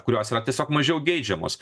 kurios yra tiesiog mažiau geidžiamos